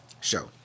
show